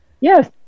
yes